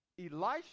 Elisha